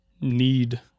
need